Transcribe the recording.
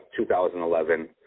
2011